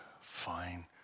fine